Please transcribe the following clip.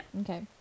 Okay